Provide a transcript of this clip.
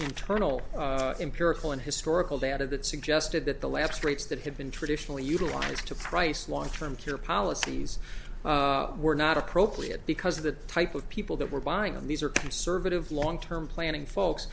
internal empirical and historical data that suggested that the lab straits that had been traditionally utilized to price long term care policies were not appropriate because of the type of people that were buying on these are conservative long term planning folks